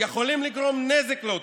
יכולים לגרום נזק לאוטונומיה.